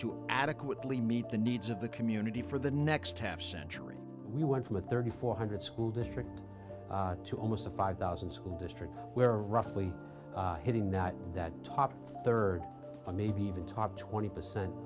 to adequately meet the needs of the community for the next half century we went from a thirty four hundred school district to almost a five thousand school district where roughly hitting that that top third maybe even top twenty percent